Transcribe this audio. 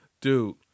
dude